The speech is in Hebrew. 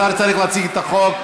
השר צריך להציג את החוק.